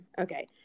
Okay